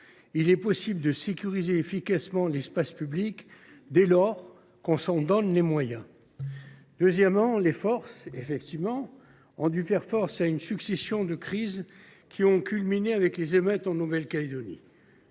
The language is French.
il est possible de sécuriser efficacement l’espace public dès lors que l’on s’en donne les moyens. Ensuite, les forces ont dû faire face à une succession de crises qui a culminé avec les émeutes en Nouvelle Calédonie.